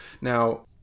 Now